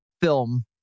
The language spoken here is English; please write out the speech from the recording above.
film